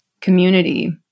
community